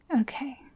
Okay